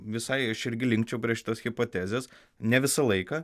visai aš irgi likčiau prie šitos hipotezės ne visą laiką